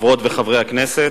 חברות וחברי הכנסת,